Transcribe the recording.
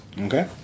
Okay